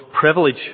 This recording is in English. privilege